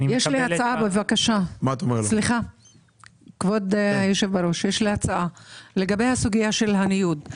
יש לי הצעה, בבקשה, לגבי הסוגייה של הניוד.